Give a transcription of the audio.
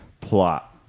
plot